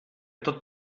tot